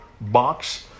box